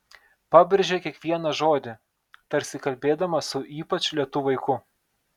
pabrėžė kiekvieną žodį tarsi kalbėdama su ypač lėtu vaiku